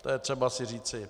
To je třeba si říci.